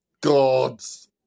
gods